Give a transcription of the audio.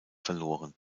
verloren